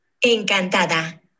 Encantada